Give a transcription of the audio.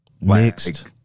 mixed